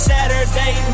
Saturday